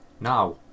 Now